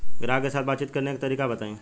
ग्राहक के साथ बातचीत करने का तरीका बताई?